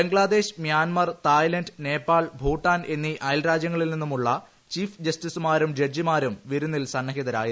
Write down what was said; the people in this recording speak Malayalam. ബംഗ്ലാദേശ് മ്യാൻമർ തായ്ലന്റ് നേപ്പാൾ ഭൂട്ടാൻ എന്നീ അയൽരാജ്യങ്ങലിൽ നിന്നുള്ള ചീഫ് ജസ്റ്റിസുമാരും ജഡ്ജിമാരും വിരുന്നിൽ സന്നിഹിതരായിരുന്നു